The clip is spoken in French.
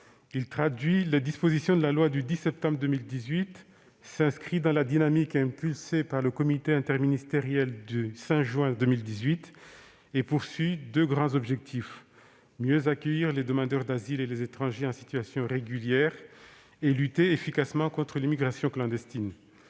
Il traduit les dispositions de la loi du 10 septembre 2018, s'inscrit dans la dynamique impulsée par le comité interministériel du 5 juin 2018 et vise deux grands objectifs : mieux accueillir les demandeurs d'asile et les étrangers en situation régulière et lutter efficacement contre l'immigration clandestine.